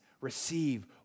receive